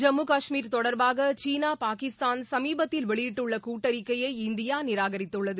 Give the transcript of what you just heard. ஜம்மு காஷ்மீர் தொடர்பாக சீனா பாகிஸ்தான் சமீபத்தில் வெளியிட்டுள்ள கூட்டறிக்கையை இந்தியா நிராகரித்துள்ளது